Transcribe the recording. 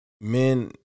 Men